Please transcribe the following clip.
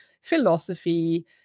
philosophy